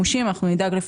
כבר.